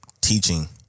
Teaching